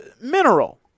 mineral